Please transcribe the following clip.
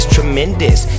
Tremendous